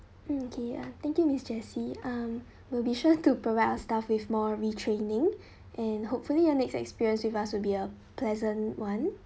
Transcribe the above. mm okay uh thank you miss jessie um will be sure to provide our staff with more re-training and hopefully your next experience with us will be a pleasant one